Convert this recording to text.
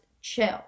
chill